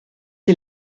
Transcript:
sie